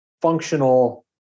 Functional